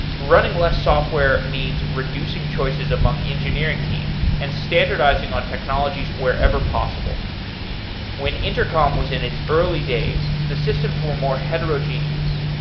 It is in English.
running less software means reducing choices among engineering teams, and standardizing on technologies wherever possible when intercom was in its early days, the systems were more heterogeneous.